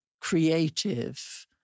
creative